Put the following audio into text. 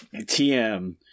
TM